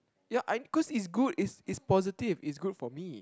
ya I cause is good is is positive is good for me